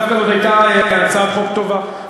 דווקא הייתה הצעת חוק טובה,